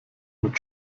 mit